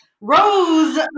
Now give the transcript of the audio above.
rose